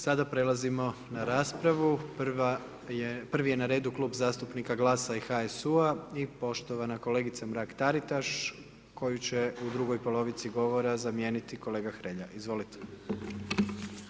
Sada prelazimo na raspravu, prvi je na redu Klub zastupnika GLAS-a i HSU-a i poštovana kolegica Mrak Taritaš, koju će u drugoj polovici govora zamijeniti kolega Hrelja, izvolite.